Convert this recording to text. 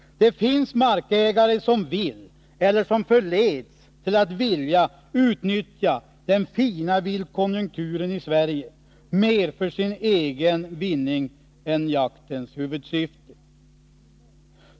Det finns markägare som vill, eller som förleds till att vilja, utnyttja den fina viltkonjunkturen i Sverige mer för sin egen vinning än för jaktens huvudsyfte.